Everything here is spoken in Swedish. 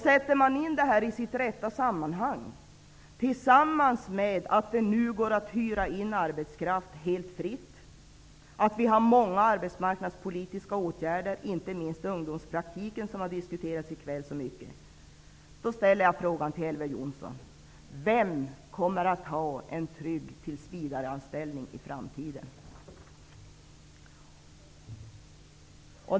Sätter man in detta i sitt rätta sammanhang tillsammans med att det nu går att hyra in arbetskraft helt fritt och att det finns många arbetsmarknadspolitiska åtgärder, inte minst ungdomspratiken som har diskuterats så mycket i kväll, ställer jag frågan till Elver Jonsson: Vem kommer att ha en trygg tillsvidareanställning i framtiden?